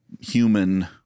human